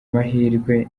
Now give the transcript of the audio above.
mahirwe